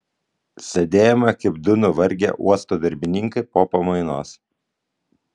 sėdėjome kaip du nuvargę uosto darbininkai po pamainos